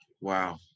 Wow